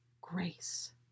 grace